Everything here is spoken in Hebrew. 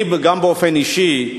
גם לי באופן אישי.